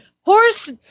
Horse